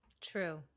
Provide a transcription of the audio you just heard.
True